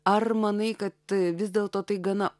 ar manai kad vis dėlto tai gana